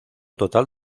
total